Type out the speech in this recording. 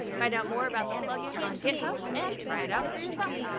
find out more about the plugin on github, and try it out for yourself.